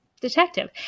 detective